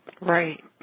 Right